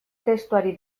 testuari